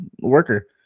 worker